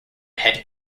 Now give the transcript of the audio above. head